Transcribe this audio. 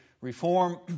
reform